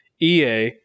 EA